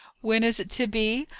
when is it to be?